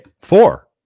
Four